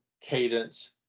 cadence